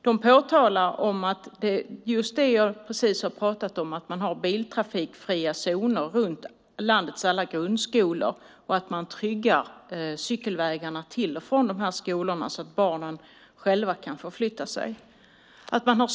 Där påtalas behovet av biltrafikfria zoner runt landets alla grundskolor och att man tryggar cykelvägarna till och från skolorna så att barnen kan förflytta sig själva.